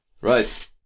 Right